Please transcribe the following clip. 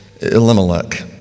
Elimelech